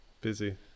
busy